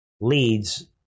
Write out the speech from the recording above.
leads